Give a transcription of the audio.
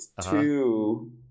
two